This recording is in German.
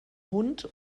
hund